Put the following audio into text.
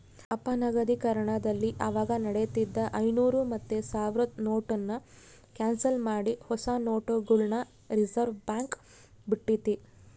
ಅಪನಗದೀಕರಣದಲ್ಲಿ ಅವಾಗ ನಡೀತಿದ್ದ ಐನೂರು ಮತ್ತೆ ಸಾವ್ರುದ್ ನೋಟುನ್ನ ಕ್ಯಾನ್ಸಲ್ ಮಾಡಿ ಹೊಸ ನೋಟುಗುಳ್ನ ರಿಸರ್ವ್ಬ್ಯಾಂಕ್ ಬುಟ್ಟಿತಿ